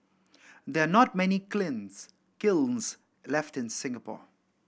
there are not many cleans kilns left in Singapore